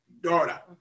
daughter